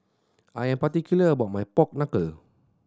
I am particular about my pork knuckle